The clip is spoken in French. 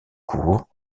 courts